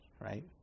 right